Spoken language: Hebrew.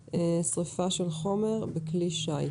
פה-אחד.